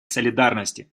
солидарности